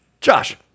Josh